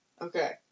Okay